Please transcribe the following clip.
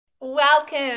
Welcome